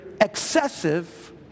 excessive